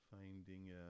finding